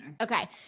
Okay